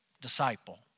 disciple